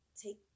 take